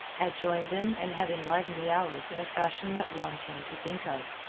had joined them and had enlivened the hours in a fashion that warmed him to think of.